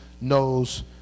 knows